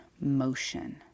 motion